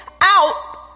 out